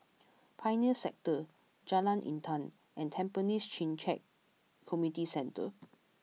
Pioneer Sector Jalan Intan and Tampines Changkat Community Centre